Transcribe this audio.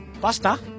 pasta